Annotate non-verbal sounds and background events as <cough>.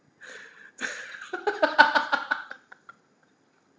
<laughs>